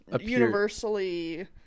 Universally